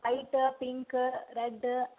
white pink red